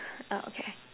uh okay